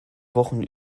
wochen